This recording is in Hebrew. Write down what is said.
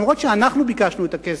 אף-על-פי שאנחנו ביקשנו את הכסף,